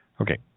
Okay